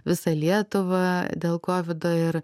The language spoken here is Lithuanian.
visą lietuvą dėl kovido ir